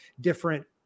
different